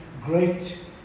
great